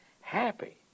Happy